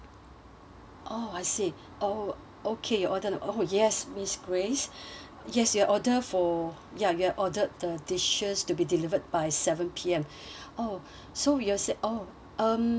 oh I see oh okay order oh yes miss grace yes your order for you have ordered the dishes to be delivered by seven P_M oh so you are saying oh um